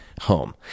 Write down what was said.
home